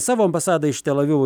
savo ambasadą iš tel avivo